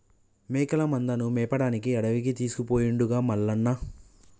మేకల మందను మేపడానికి అడవికి తీసుకుపోయిండుగా మల్లన్న